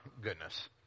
goodness